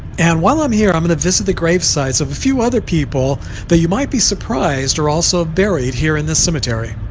and while i'm here i'm going to visit the grave sites of a few other people that you might be surprised are also buried here in the cemetery